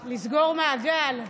מעגל.